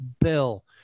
Bill